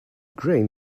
grain